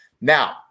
Now